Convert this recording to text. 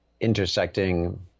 intersecting